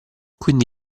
quindi